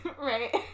Right